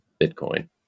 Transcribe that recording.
Bitcoin